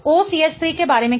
OCH3 के बारे में क्या